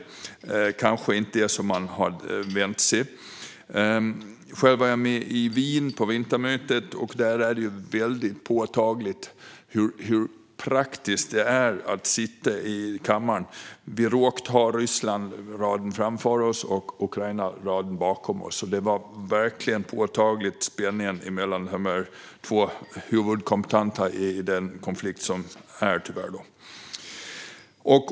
Det var kanske inte det som man hade väntat sig. Själv var jag med i Wien på vintermötet. Där är det väldigt påtagligt hur praktiskt det är att sitta i kammaren. Vi råkade ha delegationen från Ryssland på raden framför oss och delegationen från Ukraina på raden bakom oss. Spänningen kändes mellan de två huvudkombattanterna i den konflikt som tyvärr råder.